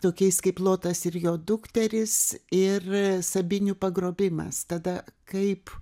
tokiais kaip lotas ir jo dukterys ir sabinių pagrobimas tada kaip